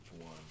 one